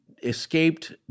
escaped